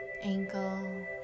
ankle